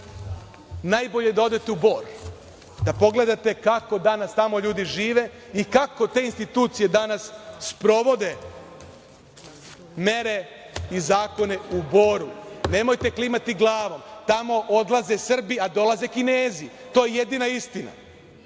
najbolje je da odete u Bor i da pogledate kako danas tamo ljudi žive i kako te institucije danas sprovode mere i zakone u Boru. Nemojte klimati glavom. Tamo odlaze Srbi, a dolaze Kinezi. To je jedina istina.